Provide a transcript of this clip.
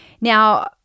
Now